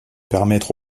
permettre